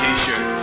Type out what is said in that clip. T-shirt